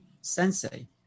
sensei